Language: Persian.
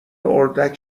اردک